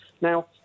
Now